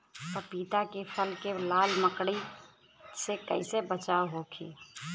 पपीता के फल के लाल मकड़ी से कइसे बचाव होखि?